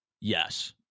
Yes